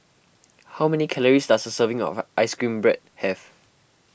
how many calories does a serving of Ice Cream Bread have